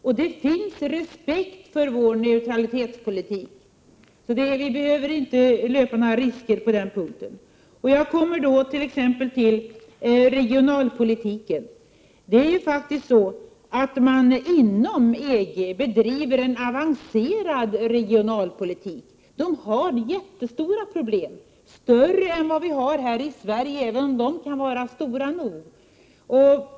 Andra länder har respekt för vår neutralitetspolitik, varför det inte finns några risker för ett sämre utbyte med dem på grund därav. Inom EG förs exempelvis en avancerad regionalpolitik. Problemen är oerhört stora, större än våra, även om dessa är svåra nog.